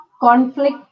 conflict